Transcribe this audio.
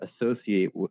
associate